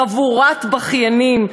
חבורת בכיינים.